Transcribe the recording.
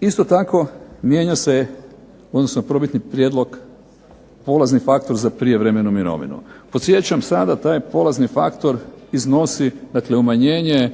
Isto tako mijenja se, odnosno prvobitni prijedlog polazni faktor za prijevremenu mirovinu. Podsjećam sada taj polazni faktor iznosi umanjenje